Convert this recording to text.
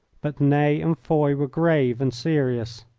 but ney and foy were grave and serious.